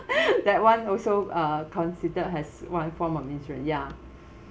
that one also uh considered has one form of insurance ya